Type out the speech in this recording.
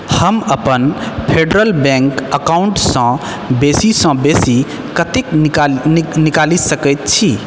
हम अपन फेडरल बैंक अकाउंटसँ बेसीसँ बेसी कतेक निकालि निकालि सकैत छी